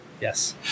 Yes